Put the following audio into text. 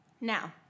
Now